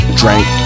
drank